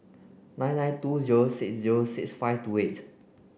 nine nine two zero six zero six five two eight